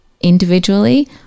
individually